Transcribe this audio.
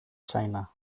china